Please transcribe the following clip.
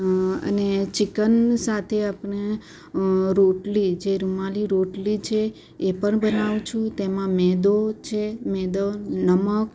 અને ચિકન સાથે આપણે રોટલી જે રૂમાલી રોટલી છે એ પણ બનાવું છું તેમાં મેંદો છે મેંદો નમક